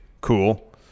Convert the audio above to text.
Cool